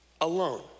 alone